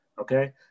okay